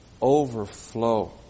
overflow